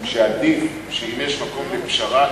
שעדיף שאם יש מקום לפשרה,